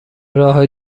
راه